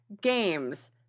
games